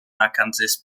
arkansas